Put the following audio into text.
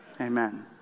Amen